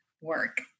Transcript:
work